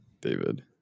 David